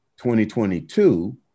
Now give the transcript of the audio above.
2022